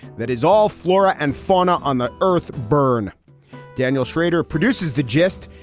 that is all flora and fauna on the earth byrne daniel schrader produces the gist.